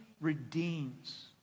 redeems